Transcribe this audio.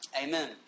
Amen